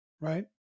right